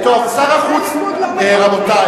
רבותי,